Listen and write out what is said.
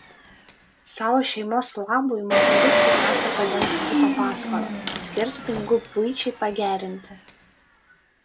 savo šeimos labui moteris pirmiausia padengs buto paskolą skirs pinigų buičiai pagerinti